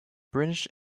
british